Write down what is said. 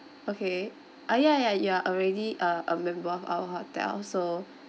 okay ah ya ya you're already uh a member of our hotel so